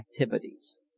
activities